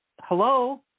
hello